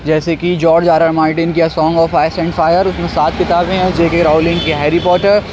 جیسے کہ George R Martin کی a song of ice and fire اس میں سات کتابیں ہیں جے کے راؤلنگ کی ہیر یپوٹر